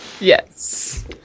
Yes